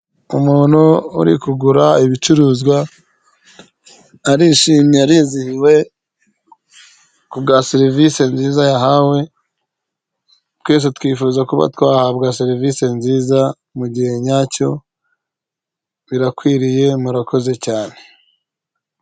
Umuntu uri kugura ibicuruzwa arishimye arizihiwe ku bwa serivisi nziza yahawe, twese twifuza kuba twahabwa serivisi nziza gihe nyacyo birakwiriye murakoze cyane.